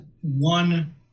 one